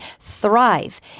thrive